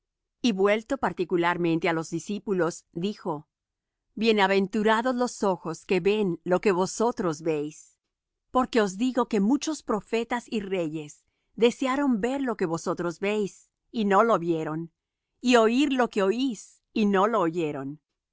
y vuelto particularmente á los discípulos dijo bienaventurados los ojos que ven lo que vosotros veis porque os digo que muchos profetas y reyes desearon ver lo que vosotros veis y no lo vieron y oir lo que oís y no lo oyeron